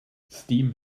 steam